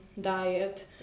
diet